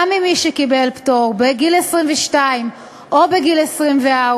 גם ממי שקיבל פטור בגיל 22 או בגיל 24,